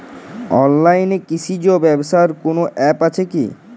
অনলাইনে কৃষিজ ব্যবসার কোন আ্যপ আছে কি?